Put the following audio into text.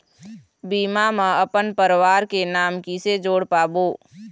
बीमा म अपन परवार के नाम किसे जोड़ पाबो?